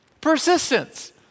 persistence